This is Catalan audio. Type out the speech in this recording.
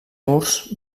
murs